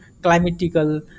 climatical